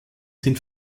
sind